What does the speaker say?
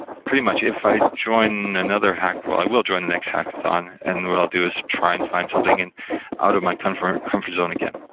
pretty much, if i join another hack well, i will join the next hackathon, and what i'll do is try and find something and out of my comfort comfort zone again,